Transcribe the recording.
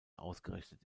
ausgerichtet